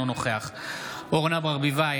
אינו נוכח אורנה ברביבאי,